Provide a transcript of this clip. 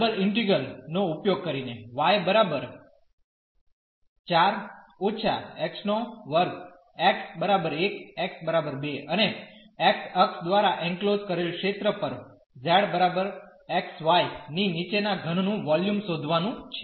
double integrals નો ઉપયોગ કરીને y 4 − x2 x 1 x 2 અને x અક્ષ દ્વારા એનક્લોઝડ કરેલ ક્ષેત્ર પર z xy ની નીચેના ઘનનું વોલ્યુમ શોધવાનું છે